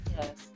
Yes